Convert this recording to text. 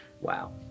Wow